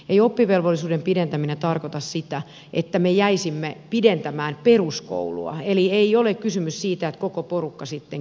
ei oppivelvollisuuden pidentäminen tarkoita sitä että me jäisimme pidentämään peruskoulua eli ei ole kysymys siitä että koko porukka sitten kymppiluokalle